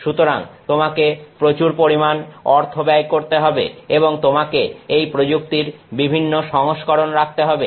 সুতরাং তোমাকে প্রচুর পরিমাণ অর্থ ব্যয় করতে হবে এবং তোমাকে একই প্রযুক্তির বিভিন্ন সংস্করণ রাখতে হবে